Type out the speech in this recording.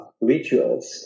rituals